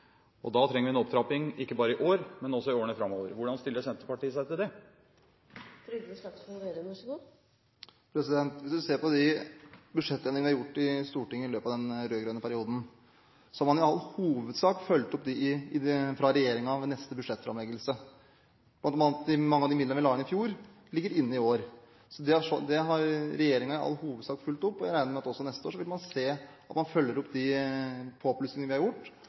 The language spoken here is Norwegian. til. Da trenger vi en opptrapping – ikke bare i år, men også i årene framover. Hvordan stiller Senterpartiet seg til det? Hvis man ser på de budsjettendringene vi har gjort i Stortinget i løpet av den rød-grønne perioden, så har man i all hovedsak fulgt opp disse – fra regjeringens side – ved neste års budsjettframleggelse. Mange av de midlene vi la inn i fjor, ligger inne i år. Så det har regjeringen i all hovedsak fulgt opp. Jeg regner med at man også neste år vil se at man følger opp de påplussingene vi har gjort,